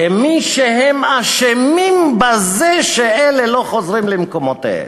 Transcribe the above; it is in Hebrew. כמי שאשמים בזה שאלה לא חוזרים למקומותיהם.